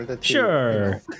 Sure